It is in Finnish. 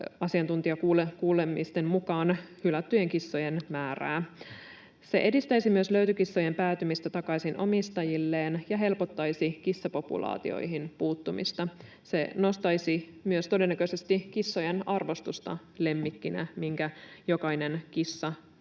Asiantuntijakuulemisten mukaan se vähentäisi hylättyjen kissojen määrää. Se edistäisi myös löytökissojen päätymistä takaisin omistajilleen ja helpottaisi kissapopulaatioihin puuttumista. Se myös todennäköisesti nostaisi kissojen arvostusta lemmikkinä, minkä jokainen kissa